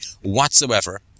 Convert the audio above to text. whatsoever